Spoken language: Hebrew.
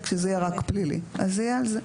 כשזה יהיה רק פלילי, אז זה יהיה על זה.